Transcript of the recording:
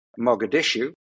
Mogadishu